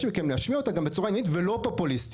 מכם גם להשמיע אותה בצורה עניינית ולא פופוליסטית.